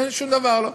אין שום דבר,